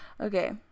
Okay